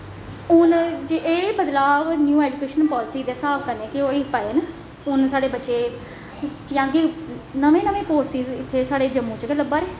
हून ओह् बदलाव न्यू ऐजुकेशन पालिसी दे स्हाब कन्नै गै होई पाए न हून साढ़े बच्चे जियां कि नमें नमें कोर्सिस हून साढ़े जम्मू च गै लब्भा दे न